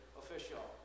official